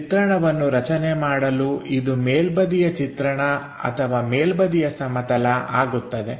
ಚಿತ್ರಣವನ್ನು ರಚನೆ ಮಾಡಲು ಇದು ಮೇಲ್ಬದಿಯ ಚಿತ್ರಣ ಅಥವಾ ಮೇಲ್ಬದಿಯ ಸಮತಲ ಆಗುತ್ತದೆ